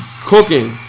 cooking